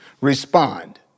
respond